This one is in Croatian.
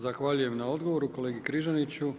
Zahvaljujem na odgovoru kolegi Križaniću.